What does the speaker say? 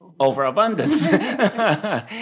overabundance